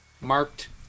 marked